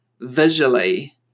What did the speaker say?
visually